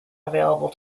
available